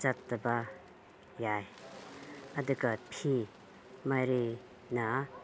ꯆꯠꯇꯕ ꯌꯥꯏ ꯑꯗꯨꯒ ꯐꯤ ꯃꯔꯤꯅ